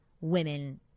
women